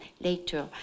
later